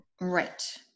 right